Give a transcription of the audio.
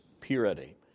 purity